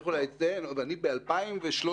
ב-2013,